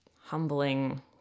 humbling